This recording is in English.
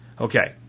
Okay